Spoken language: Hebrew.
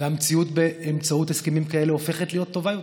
והמציאות באמצעות הסכמים כאלה הופכת להיות טובה יותר.